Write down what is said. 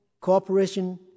cooperation